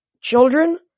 Children